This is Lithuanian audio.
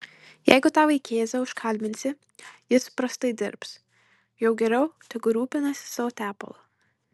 jeigu tą vaikėzą užkalbinsi jis prastai dirbs jau geriau tegu rūpinasi savo tepalu